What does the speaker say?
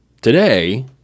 Today